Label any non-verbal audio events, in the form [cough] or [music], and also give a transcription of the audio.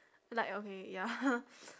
like okay ya [laughs]